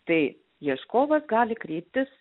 tai ieškovas gali kreiptis